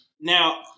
Now